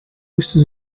moesten